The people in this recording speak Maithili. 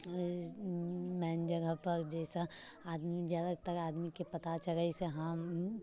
मेन जगह पर जाहिसँ आदमी जादातर आदमीके पता चलै जइसे हम